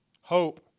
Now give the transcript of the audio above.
Hope